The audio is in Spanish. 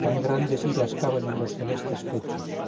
tan grandes iras caben en los celestes pechos